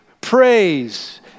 praise